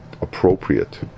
appropriate